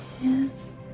Yes